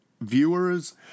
viewers